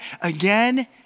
again